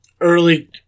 early